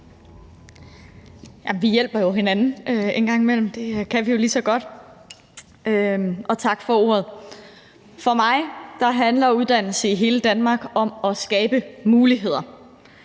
vi hjælper hinanden en gang imellem, det kan vi jo lige så godt – og tak for ordet. For mig handler uddannelse i hele Danmark om at skabe muligheder.